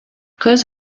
кыз